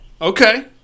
Okay